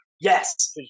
Yes